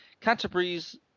canterbury's